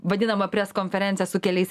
vadinama preskonferencija su keliais